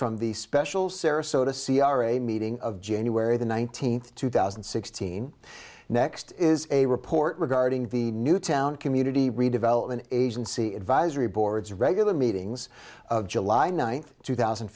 from the special sarasota c r a meeting of january the nineteenth two thousand and sixteen next is a report regarding the newtown community redevelopment agency advisory boards regular meetings of july ninth two